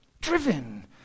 driven